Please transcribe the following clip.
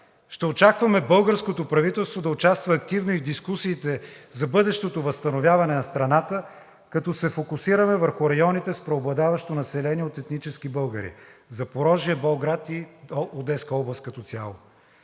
Ще очакваме българското правителство да участва активно и в дискусиите за бъдещото възстановяване на страната, като се фокусираме върху районите с преобладаващо население от етнически българи – Запорожие, Болград и Одеска област като цяло.